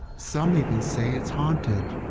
some even say it's haunted.